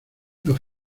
los